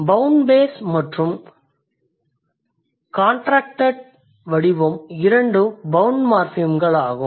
bound base மற்றும் contracted வடிவம் இரண்டும் பௌண்ட் மார்ஃபிம்கள் ஆகும்